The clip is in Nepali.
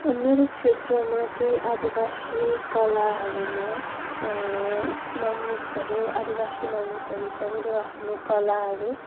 मेरो क्षेत्रमा केही आदिवासी कलाहरूमा मानिसहरू आदिवासी मानिसहरू छन् जो आफ्नो कलाहरू